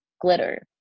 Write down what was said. glitter